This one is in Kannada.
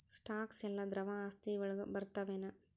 ಸ್ಟಾಕ್ಸ್ ಯೆಲ್ಲಾ ದ್ರವ ಆಸ್ತಿ ವಳಗ್ ಬರ್ತಾವೆನ?